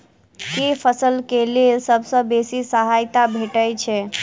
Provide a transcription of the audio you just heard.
केँ फसल केँ लेल सबसँ बेसी सहायता भेटय छै?